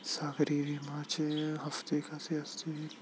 सागरी विम्याचे हप्ते कसे असतील?